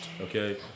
Okay